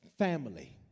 family